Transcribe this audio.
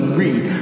read